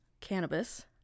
cannabis